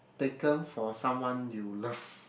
taken for someone you love